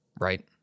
right